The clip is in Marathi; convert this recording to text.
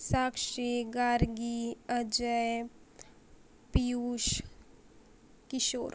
साक्षी गार्गी अजय पियुष किशोर